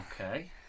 Okay